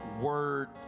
word